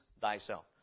thyself